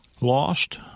lost